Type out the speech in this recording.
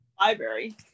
library